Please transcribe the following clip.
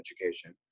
education